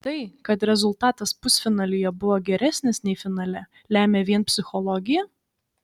tai kad rezultatas pusfinalyje buvo geresnis nei finale lemia vien psichologija